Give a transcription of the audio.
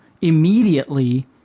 immediately